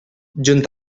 junt